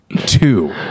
two